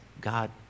God